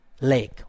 lake